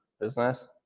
business